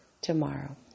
tomorrow